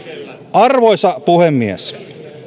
arvoisa puhemies